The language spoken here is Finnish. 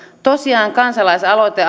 tosiaan kansalaisaloite